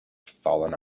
fallen